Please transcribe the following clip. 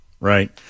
Right